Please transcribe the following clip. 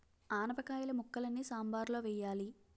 ఆనపకాయిల ముక్కలని సాంబారులో వెయ్యాలి